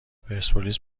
پرسپولیس